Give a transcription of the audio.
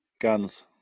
Guns